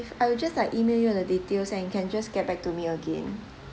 I will just like email you the details and you can just get back to me again